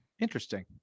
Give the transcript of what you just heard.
Interesting